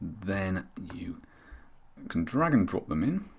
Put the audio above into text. then you can drag and drop them in,